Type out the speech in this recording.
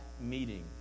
meeting